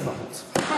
צא בחוץ.